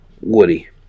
Woody